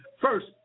first